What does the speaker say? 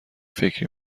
فکری